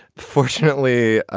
fortunately, ah